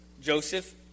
Joseph